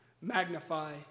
magnify